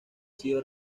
sido